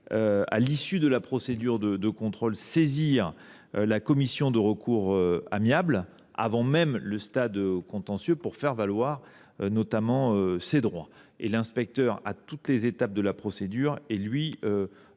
à l’issue de la procédure de contrôle, saisir la commission de recours amiable avant même le stade du contentieux pour faire valoir ses droits. L’inspecteur, à toutes les étapes de la procédure, est